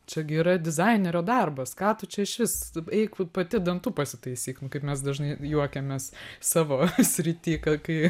čia gi yra dizainerio darbas ką tu čia išvis eik pati dantų pasitaisyk nu kaip mes dažnai juokiamės savo srity ką kai